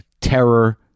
terror